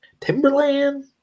Timberland